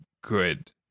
good